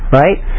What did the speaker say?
right